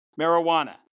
marijuana